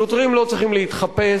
שוטרים לא צריכים להתחפש.